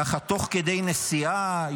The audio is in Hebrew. תוך כדי נסיעה,